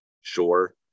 sure